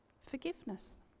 forgiveness